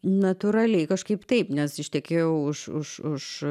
natūraliai kažkaip taip nes ištekėjau už už už